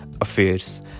affairs